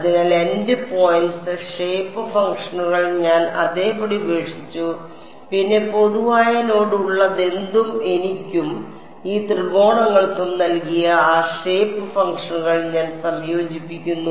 അതിനാൽ endpoints shape ഫംഗ്ഷനുകൾ ഞാൻ അതേപടി ഉപേക്ഷിച്ചു പിന്നെ പൊതുവായ നോഡ് ഉള്ളതെന്തും എനിക്കും ഈ ത്രികോണങ്ങൾക്കും നൽകിയ ആ ഷേപ്പ് ഫംഗ്ഷനുകൾ ഞാൻ സംയോജിപ്പിക്കുന്നു